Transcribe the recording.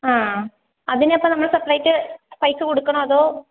ആ അതിന് അപ്പം നമ്മൾ സെപ്പറേറ്റ് പൈസ കൊടുക്കണോ അതോ